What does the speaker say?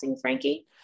Frankie